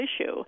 issue